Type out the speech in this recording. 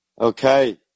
Okay